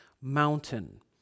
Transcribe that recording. mountain